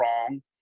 wrong